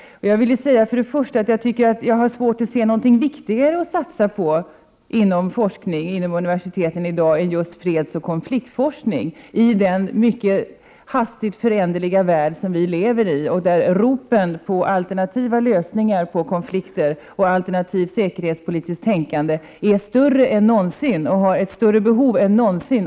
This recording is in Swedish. Jag har svårt att se något viktigare att satsa på inom forskningen i dag än just fredsoch konfliktforskning i den mycket hastigt föränderliga värld som vi lever i och där ropen efter alternativa lösningar på konflikter och efter alternativt säkerhetspolitiskt tänkande är högre än någonsin och behovet av utveckling större än någonsin.